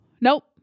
Nope